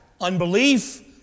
Unbelief